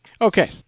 Okay